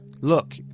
Look